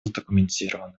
задокументировано